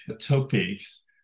topics